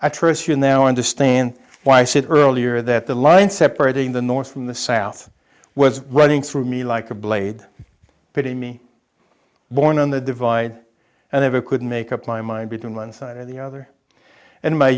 i trust you now understand why i said earlier that the line separating the north from the south was running through me like a blade pity me born on the divide and ever could make up my mind between one side or the other and my